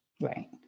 Right